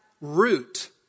root